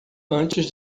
antes